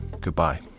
Goodbye